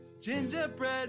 Gingerbread